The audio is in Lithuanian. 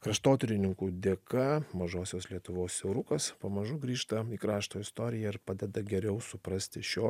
kraštotyrininkų dėka mažosios lietuvos siaurukas pamažu grįžta į krašto istoriją ir padeda geriau suprasti šio